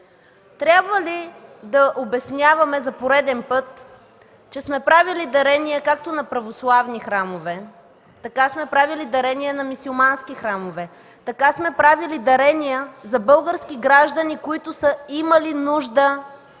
Трябва ли да обясняваме за пореден път, че сме правили дарения както на православни храмове, така сме правили дарения на мюсюлмански храмове, така сме правили дарения за български граждани, които са имали нужда